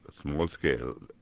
small-scale